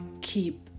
keep